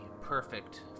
perfect